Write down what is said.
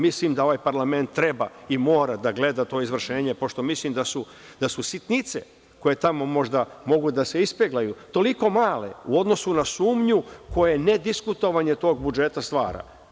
Mislim da ovaj parlament treba i mora da gleda to izvršenje, pošto mislim da su sitnice koje tamo možda mogu da se ispeglaju toliko male u odnosu na sumnju koja nediskutovanje tog budžeta stvara.